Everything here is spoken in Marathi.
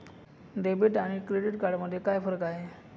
डेबिट आणि क्रेडिट कार्ड मध्ये काय फरक आहे?